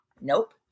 Nope